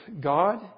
God